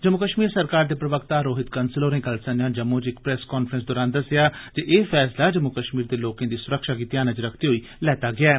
जम्मू कश्मीर सरकार दे प्रवक्ता रोहित कंसल होरे कल संझा जम्मू च इक प्रेस काफ्रैंस दौरान दस्सेआ जे एह् फैसला जम्मू कश्मीर दे लोकें दी सुरक्षा गी ध्यानै च रखदे होई लैता गेआ ऐ